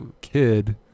kid